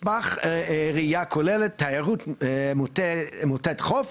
מסמך ראייה כוללת תיירות מוטית חוף,